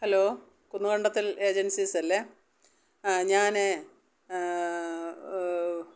hello കുന്നുകണ്ടത്തിൽ ഏജൻസീസല്ലേ ഞാൻ